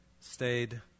stayed